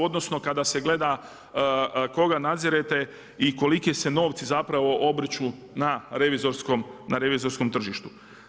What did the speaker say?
Odnosno kada se gleda koga nadzirete i koliki se novci zapravo obrću na revizorskom tržištu.